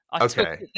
Okay